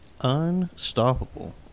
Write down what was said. unstoppable